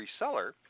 reseller